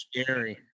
scary